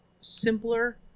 simpler